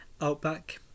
Outback